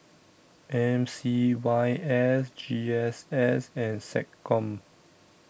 M C Y S G S S and Seccom